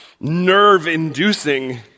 nerve-inducing